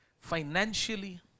financially